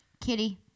kitty